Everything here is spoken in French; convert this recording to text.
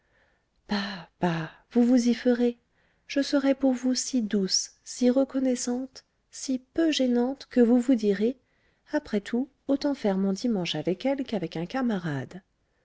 vous vous y ferez je serai pour vous si douce si reconnaissante si peu gênante que vous vous direz après tout autant faire mon dimanche avec elle qu'avec un camarade